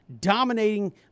dominating